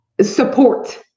support